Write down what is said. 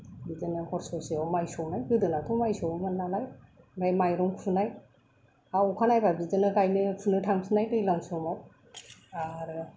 बिदिनो हर ससेयाव माइ सौनाय गोदोनाथ' माइ सौवोमोन नालाय ओमफ्राय माइरं खुनाय आरो अखा नायब्ला बिदिनो गायनो फुनो थांफिननाय दैज्लां समाव आरो